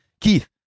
Keith